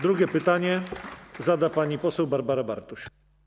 Drugie pytanie zada pani poseł Barbara Bartuś.